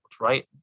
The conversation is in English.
right